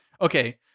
Okay